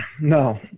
No